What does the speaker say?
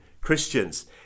Christians